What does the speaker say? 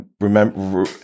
remember